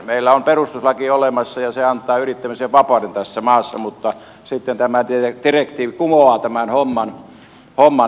meillä on perustuslaki olemassa ja se antaa yrittämisen vapauden tässä maassa mutta sitten tämä direktiivi kumoaa tämän homman